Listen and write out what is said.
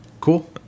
Cool